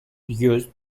used